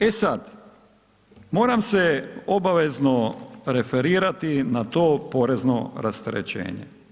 E sada, moram se obavezno referirati na to porezno rasterećenje.